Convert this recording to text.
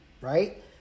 Right